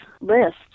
list